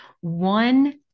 one